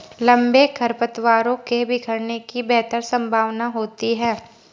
लंबे खरपतवारों के बिखरने की बेहतर संभावना होती है